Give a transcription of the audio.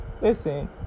Listen